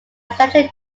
statue